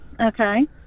okay